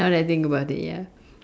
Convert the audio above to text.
now I think about it ya